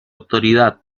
autoridad